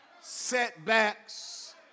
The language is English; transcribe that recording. setbacks